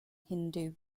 hindu